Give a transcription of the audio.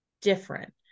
different